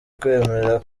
kwemera